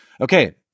Okay